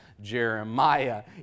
Jeremiah